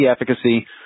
efficacy